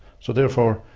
so therefore,